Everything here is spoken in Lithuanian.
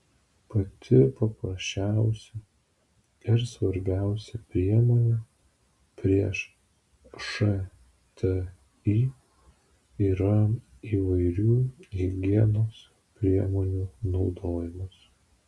pati paprasčiausia ir svarbiausia priemonė prieš šti yra įvairių higienos priemonių naudojimas